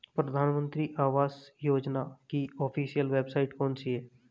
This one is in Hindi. प्रधानमंत्री आवास योजना की ऑफिशियल वेबसाइट कौन सी है?